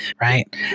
Right